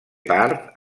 part